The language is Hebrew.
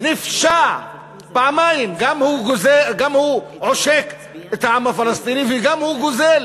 נפשע שגם עושק את העם הפלסטיני וגם גוזל